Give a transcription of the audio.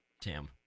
tim